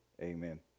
Amen